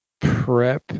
prep